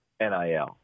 NIL